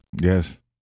Yes